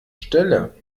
stelle